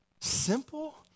simple